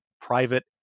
private